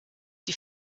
die